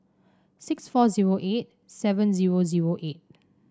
six four zero eight seven zero zero eight